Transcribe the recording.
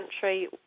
country